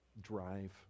Drive